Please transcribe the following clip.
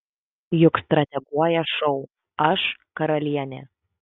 juk strateguoja šou aš karalienė